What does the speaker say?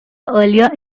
earlier